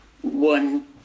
one